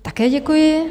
Také děkuji.